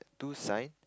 two side